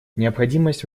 необходимость